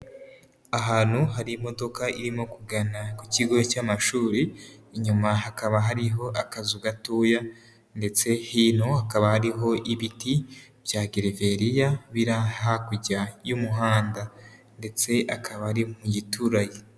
Ahantu hari imodoka irimo kugana ku kigo cy'amashuri, inyuma hakaba hariho akazu gatoya ndetse hino hakaba hariho ibiti bya gereveriya biri hakurya y'umuhanda. Ndetse akaba ari mu giturage.